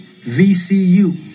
VCU